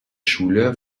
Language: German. schule